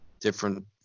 Different